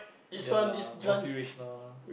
ya lah multi racial all